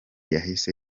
yahise